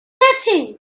nothing